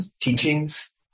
teachings